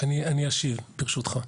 ואני אסביר לכם.